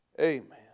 Amen